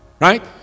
right